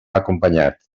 acompanyat